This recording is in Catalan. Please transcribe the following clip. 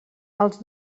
els